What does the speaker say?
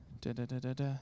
da-da-da-da-da